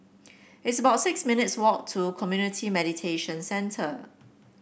it's about six minutes' walk to Community Mediation Centre